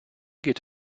geht